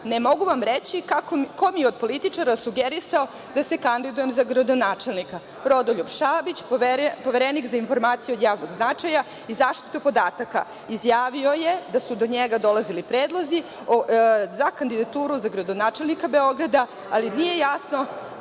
ne mogu vam reći ko mi je od političara sugerisao da se kandidujem za gradonačelnika. Rodoljub Šabić, Poverenik za informacije od javnog značaja i zaštitu podataka izjavio je da su do njega dolazili predlozi za kandidaturu za gradonačelnika Beograda, ali nije jasno